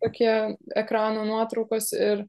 tokie ekrano nuotraukos ir